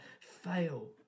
fail